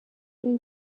این